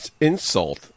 insult